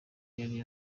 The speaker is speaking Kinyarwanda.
yari